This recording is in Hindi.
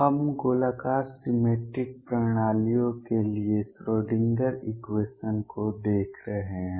हम गोलाकार सिमेट्रिक प्रणालियों के लिए श्रोडिंगर इक्वेशन को देख रहे हैं